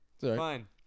fine